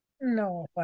No